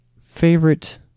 favorite